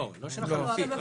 לא של החלופי,